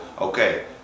okay